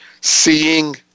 seeing